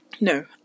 No